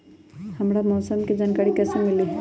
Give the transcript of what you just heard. हमरा मौसम के जानकारी कैसी मिली?